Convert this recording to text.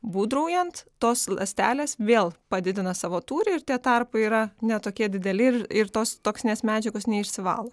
būdraujant tos ląstelės vėl padidina savo tūrį ir tie tarpai yra ne tokie dideli ir ir tos toksinės medžiagos neišsivalo